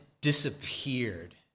disappeared